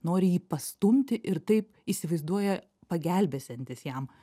nori jį pastumti ir taip įsivaizduoja pagelbėsiantis jam